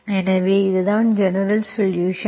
எனவே இதுதான் ஜெனரல்சொலுஷன்ஸ்